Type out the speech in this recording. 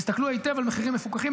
תסתכלו היטב על מחירים מפוקחים,